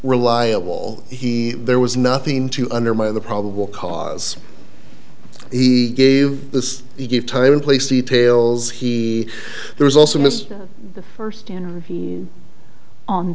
reliable he there was nothing to undermine the probable cause he gave this he gave time in place details he was also missed the first interview on